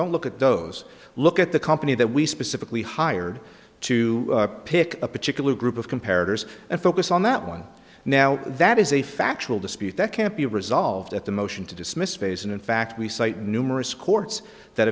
don't look at those look at the company that we specifically hired to pick a particular group of comparatives and focus on that one now that is a factual dispute that can't be resolved at the motion to dismiss phase and in fact we cite numerous courts that